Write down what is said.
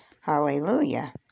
hallelujah